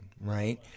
right